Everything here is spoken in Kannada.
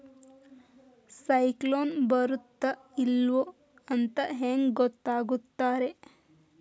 ಸೈಕ್ಲೋನ ಬರುತ್ತ ಇಲ್ಲೋ ಅಂತ ಹೆಂಗ್ ಗೊತ್ತಾಗುತ್ತ ರೇ?